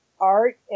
art